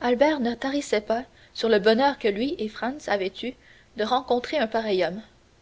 albert ne tarissait pas sur le bonheur que lui et franz avaient eu de rencontrer un pareil homme